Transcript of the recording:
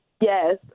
Yes